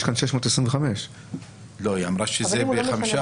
ויש כאן 625. היא אמרה שזה ב-5%.